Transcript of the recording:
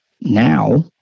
now